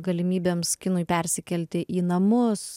galimybėms kinui persikelti į namus